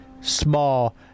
small